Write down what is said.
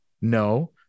No